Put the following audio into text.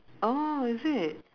oh is it